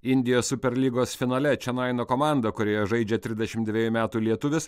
indija super lygos finale čenaino komanda kurioje žaidžia trisdešimt dvejų metų lietuvis